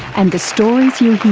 and the stories you